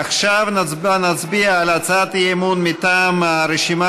עכשיו נצביע על הצעת האי-אמון מטעם הרשימה